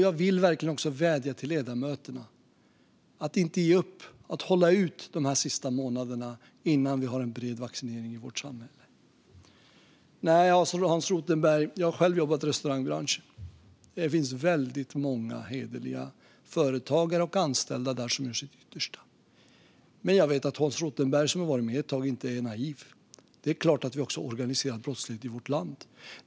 Jag vill verkligen vädja till ledamöterna att inte ge upp utan hålla ut de sista månaderna innan vi har vaccinerat brett i samhället. Jag har själv jobbat inom restaurangbranschen, Hans Rothenberg. Där finns väldigt många hederliga företagare och anställda som gör sitt yttersta. Men jag vet att Hans Rothenberg, som har varit med ett tag, inte är naiv; vi har ju också organiserad brottslighet i vårt land.